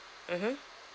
mmhmm